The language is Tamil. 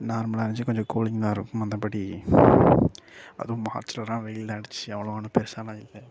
நார்மலாக இருந்துச்சு கொஞ்சம் கூலிங்காக இருக்கும் மற்றபடி அதுவும் மார்ச்லலாம் வெயில் தான் அடித்து அவ்வளோவா ஒன்றும் பெரிசாலாம் இல்லை